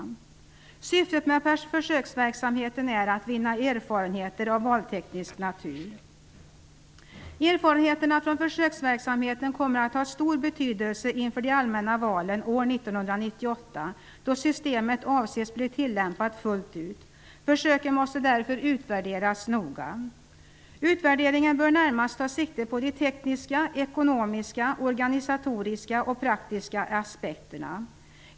Syftet med försöksverksamheten är att vinna erfarenheter av valteknisk natur. Erfarenheterna från försöksverksamheten kommer att ha stor betydelse inför de allmänna valen år 1998, då systemet avses bli tillämpat fullt ut. Försöken måste därför utvärderas noga. Utvärderingen bör närmast ta sikte på de tekniska, ekonomiska, organisatoriska och praktiska aspekterna.